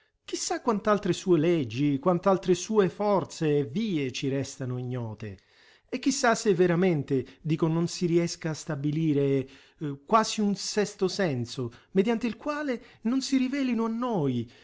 sa quant'altre sue leggi quant'altre sue forze e vie ci restano ignote e chi sa se veramente dico non si riesca a stabilire quasi un sesto senso mediante il quale non si rivelino a noi